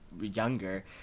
younger